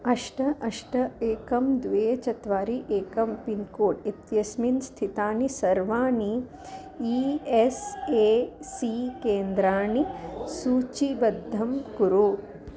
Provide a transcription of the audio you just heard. अष्ट अष्ट एकं द्वे चत्वारि एकं पिन्कोड् इत्यस्मिन् स्थितानि सर्वाणि ई एस् ए सी केन्द्राणि सूचीबद्धं कुरु